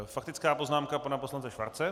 Faktická poznámka pana poslance Schwarze.